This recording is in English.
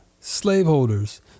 slaveholders